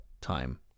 time